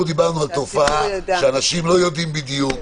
אנחנו דיברנו על תופעה שאנשים לא יודעים בדיוק,